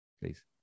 please